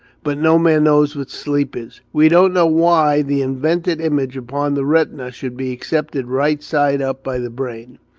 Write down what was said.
but no man knows what sleep is. we don't know why the inverted image upon the retina should be accepted right-side up by the brain.